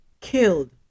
killed